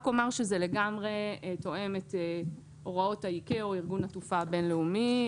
אומר שזה לגמרי תואם את הוראות ארגון התעופה הבין-לאומי,